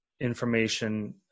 Information